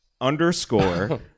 underscore